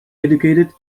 educated